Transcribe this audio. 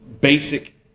basic